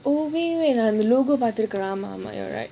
oh logo பார்த்து இருக்கான்:paathu irukkan right